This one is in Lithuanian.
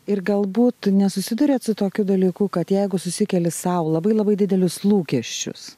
ir galbūt nesusiduriat su tokiu dalyku kad jeigu susikeli sau labai labai didelius lūkesčius